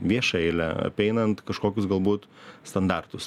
viešą eilę apeinant kažkokius galbūt standartus